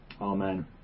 Amen